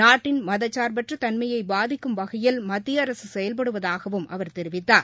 நாட்டின் மதசார்பற்ற தன்மையை பாதிக்கும் வகையில் மத்திய அரசு செயல்படுவதாகவும் அவர் தெரிவித்தார்